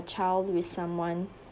child with someone